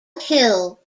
hill